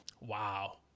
Wow